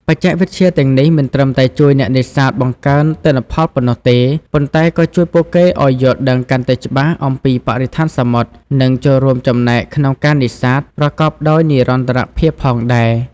បច្ចេកវិទ្យាទាំងនេះមិនត្រឹមតែជួយអ្នកនេសាទបង្កើនទិន្នផលប៉ុណ្ណោះទេ ប៉ុន្តែក៏ជួយពួកគេឲ្យយល់ដឹងកាន់តែច្បាស់អំពីបរិស្ថានសមុទ្រ និងចូលរួមចំណែកក្នុងការនេសាទប្រកបដោយនិរន្តរភាពផងដែរ។